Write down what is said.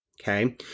okay